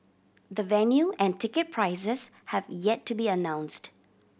the venue and ticket prices have yet to be announced